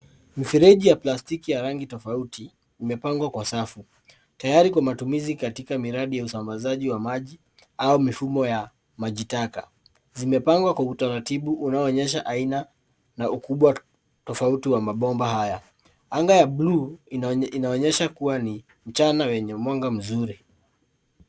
Mifereji ya plastiki ya rangi tofauti imepangwa kwa safu tayari kwa matumizi katika miradi ya usambazaji wa maji au mifumo ya majitaka. Zimepangwa kwa utaratibu unaoonyesha aina na ukubwa tofauti wa mabomba haya . Anga ya bluu inaonyesha kuwa ni mchana wenye anga mzuri.